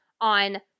on